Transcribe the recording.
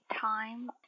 time